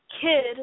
kid